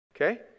Okay